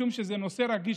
משום שזה נושא רגיש,